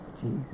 Jesus